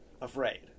afraid